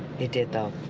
it did, though.